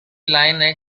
line